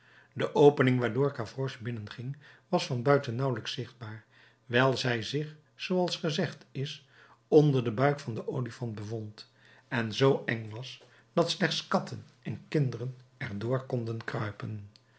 de opening waardoor gavroche binnenging was van buiten nauwelijks zichtbaar wijl zij zich zooals gezegd is onder den buik van den olifant bevond en zoo eng was dat slechts katten en kinderen er door konden kruipen